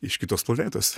iš kitos planetos